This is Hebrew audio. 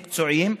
מקצועיים,